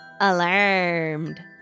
Alarmed